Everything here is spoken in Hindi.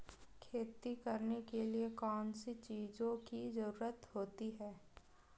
खेती करने के लिए कौनसी चीज़ों की ज़रूरत होती हैं?